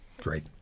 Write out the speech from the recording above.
great